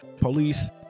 police